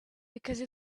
because